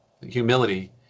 humility